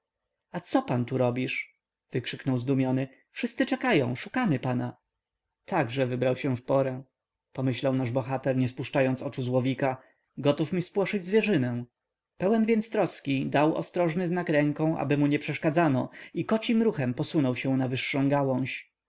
pan co tu robisz wykrzyknął zdumiony wszyscy czekają szukamy pana także wybrał się w porę pomyślał nasz bohater nie spuszczając oczu z łowika gotów mi spłoszyć zwierzynę pełen więc troski dał ostrożny znak ręką aby mu nie przeszkadzano i kocim ruchem posunął się na wyższą gałąź